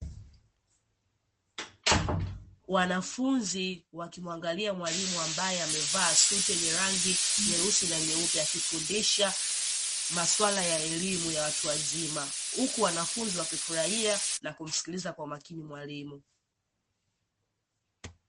Wanafunzi wakimuangalia mwalimu ambaye amevaa suti yenye rangi nyeusi na nyeupe, akifundisha masuala ya elimu ya watu wazima, huku wanafunzi wakifurahia na kumsikiliza kwa makini mwalimu.